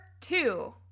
two